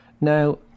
Now